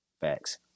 Facts